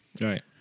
Right